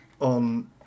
on